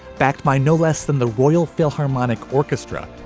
backed by no less than the royal philharmonic orchestra,